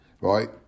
right